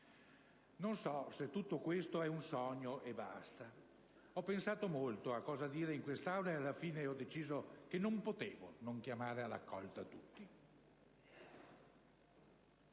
Non so se tutto questo è un sogno e basta: ho pensato molto a cosa dire in questa Aula e alla fine ho deciso che non potevo non chiamare a raccolta tutti.